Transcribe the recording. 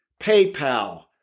PayPal